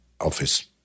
office